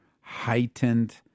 heightened